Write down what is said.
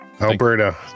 Alberta